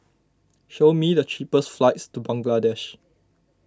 show me the cheapest flights to Bangladesh